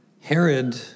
Herod